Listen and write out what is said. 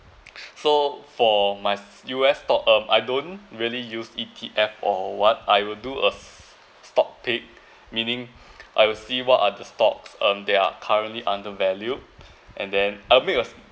so for my U_S stock um I don't really use E_T_F or what I would do us stock pick meaning I will see what are the stocks um that are currently undervalued and then I'll make a